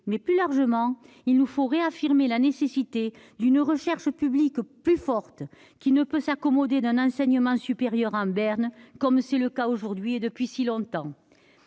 Plus largement, il faut réaffirmer la nécessité d'une recherche publique forte, laquelle ne peut s'accommoder d'un enseignement supérieur en berne, comme c'est le cas aujourd'hui et depuis si longtemps.